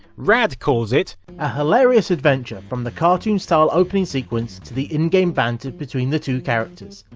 rad calls it a hilarious adventure. from the cartoon-style opening sequence, to the in-game banter between the two characters,